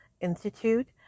Institute